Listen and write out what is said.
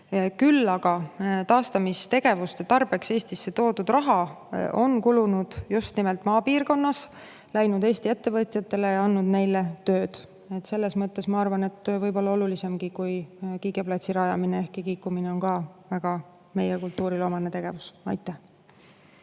Küll aga on taastamistegevuste tarbeks Eestisse toodud raha kulunud just nimelt maapiirkonnas, see on läinud Eesti ettevõtjatele ja andnud neile tööd. Selles mõttes, ma arvan, see võib olla olulisemgi kui kiigeplatsi rajamine, ehkki kiikumine on ka meie kultuurile väga omane tegevus. Evelin